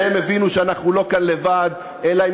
שהם הבינו שאנחנו לא לבד כאן אלא עם